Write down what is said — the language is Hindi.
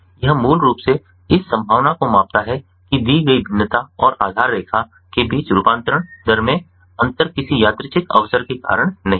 यह मूल रूप से इस संभावना को मापता है कि दी गई भिन्नता और आधार रेखा के बीच रूपांतरण दर में अंतर किसी यादृच्छिक अवसर के कारण नहीं है